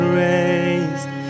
raised